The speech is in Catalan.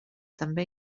també